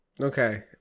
Okay